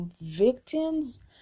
victims